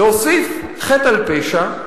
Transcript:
להוסיף חטא על פשע,